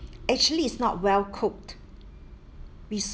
actually is not well cooked